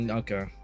okay